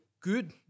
good